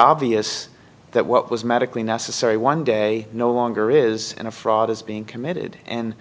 obvious that what was medically necessary one day no longer is a fraud is being committed and